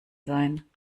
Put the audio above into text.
sein